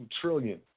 trillion